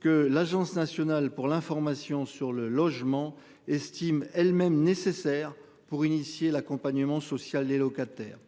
que l'Agence nationale pour l'information sur le logement estime elles-mêmes nécessaires pour initier l'accompagnement social, les locataires.